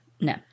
No